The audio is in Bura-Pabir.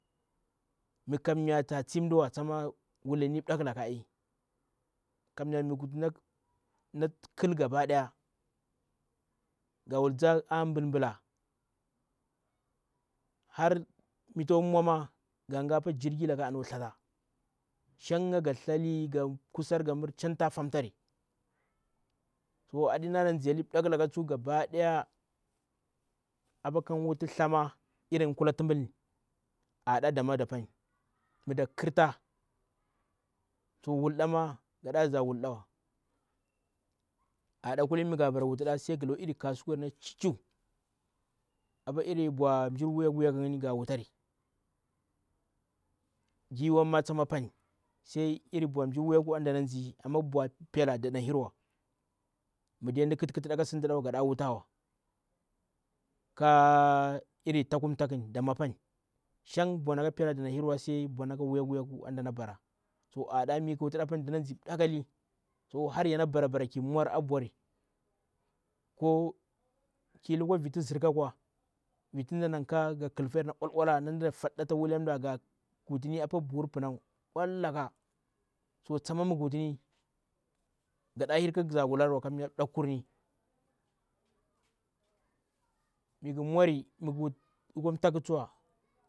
Mikamya ta tsi mduwa tsama wulinni mbdakhilaka kamya mighu wuti na khul gaba daya gawul ndza a mbulmbila har mtau mwama ga wula apa jirki laka nakwa thtaa. Shanga ga tlshadi ga kusar hsan ta fantari. To adi na na ndzeli mbdakhilaka apa kanwu ti thsama iri ngini na kula timbini anaɗa dama dapani midak khrita to wul dama gaɗa nasha wuldawa ana kulini migha bara wuti ɗa sai mighi loo iri kasuku na chi cheu apaa iri bwaa minijr wayaku wayaku ni gawutari giwanma tapani. Irin bwaa wuyaku ama bwaa pela dana hirwa midai mda khit khit ɗa ka sintiwa gada wutawa kaa irin taku mtakwuni dama dana bara bwaa wuyaku to ana milahi wutiɗa apa dani. Har yana bara bara ki mwari. Kwa ki lukwa viti ndzurku akwa vit. Mdana ka khilfa akwa natu mdana fatini ata wuliyan mda, ga wufini apa buhur pinau tsama mighu wutini gaɗahir kahza wularwa. Kumyar mbdakhkurni mighi mwari! Mighu lukwa mtakhuw!